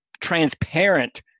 transparent